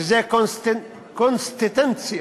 קונסיסטנטיות,